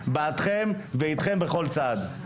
בעדכם ואיתכם בכל צעד.